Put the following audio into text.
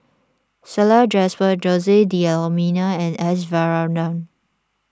Salleh Japar Jose D'Almeida and S Varathan